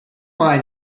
mind